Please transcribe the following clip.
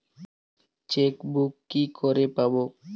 Chequebook কি করে পাবো?